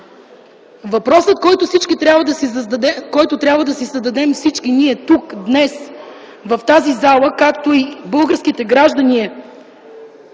Въпросът, който трябва да си зададем всички ние днес тук в пленарната зала, както и българските граждани,